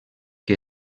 que